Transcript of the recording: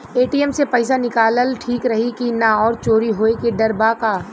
ATM से पईसा निकालल ठीक रही की ना और चोरी होये के डर बा का?